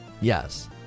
yes